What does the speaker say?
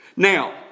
Now